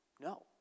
No